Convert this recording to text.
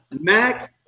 Mac